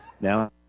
Now